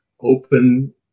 open